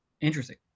interesting